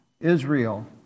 Israel